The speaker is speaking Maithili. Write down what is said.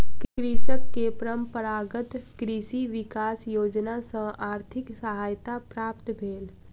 कृषक के परंपरागत कृषि विकास योजना सॅ आर्थिक सहायता प्राप्त भेल